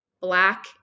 Black